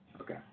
okay